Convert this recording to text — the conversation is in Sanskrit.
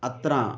अत्र